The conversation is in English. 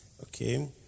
Okay